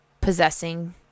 possessing